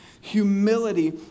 Humility